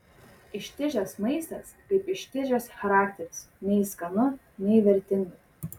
ištižęs maistas kaip ištižęs charakteris nei skanu nei vertinga